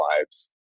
lives